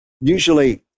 usually